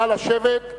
נא לשבת,